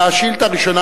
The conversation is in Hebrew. והשאילתא הראשונה,